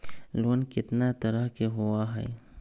Loan केतना तरह के होअ हई?